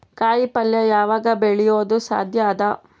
ಕಾಯಿಪಲ್ಯ ಯಾವಗ್ ಬೆಳಿಯೋದು ಸಾಧ್ಯ ಅದ?